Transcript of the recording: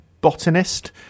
botanist